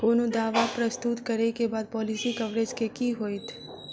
कोनो दावा प्रस्तुत करै केँ बाद पॉलिसी कवरेज केँ की होइत?